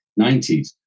90s